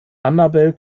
annabel